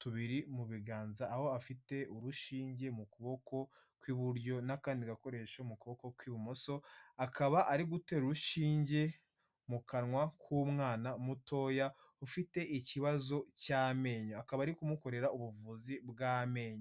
tubiri mu biganza, aho afite urushinge mu kuboko kw'iburyo n'akandi gakoresho mu kuboko kw'ibumoso, akaba ari gutera urushinge mu kanwa k'umwana mutoya ufite ikibazo cy'amenyo, akaba ari kumukorera ubuvuzi bw'amenyo.